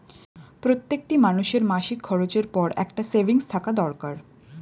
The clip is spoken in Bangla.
প্রত্যেকটি মানুষের মাসিক খরচের পর একটা সেভিংস থাকা দরকার